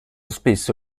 spesso